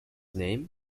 name